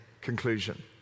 conclusion